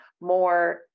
more